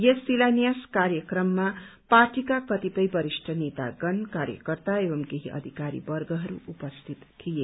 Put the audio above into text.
यस शिलायान्स कार्यक्रममा पार्टीका कतिपय वरिष्ठ नेतागण कार्यकर्ता एवं केही अधिकारीवर्गहरू उपस्थित थिए